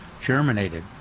germinated